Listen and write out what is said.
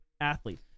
athlete